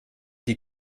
die